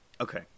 Okay